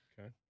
Okay